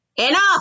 Enough